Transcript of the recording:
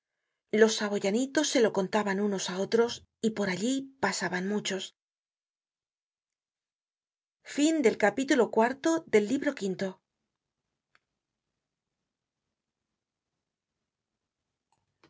los saboyanitos se lo contaban unos á otros y por allí pasaban muchos